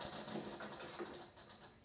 भारतात मखनाचे सर्वाधिक उत्पादन कोठे होते?